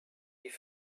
die